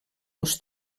uns